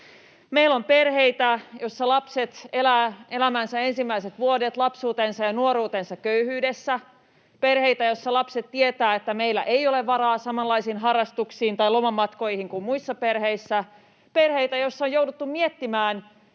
Meillä on perheitä, joissa lapset elävät elämänsä ensimmäiset vuodet, lapsuutensa ja nuoruutensa köyhyydessä, perheitä, joissa lapset tietävät, että meillä ei ole varaa samanlaisiin harrastuksiin tai lomamatkoihin kuin muissa perheissä, perheitä, joissa on jouduttu miettimään,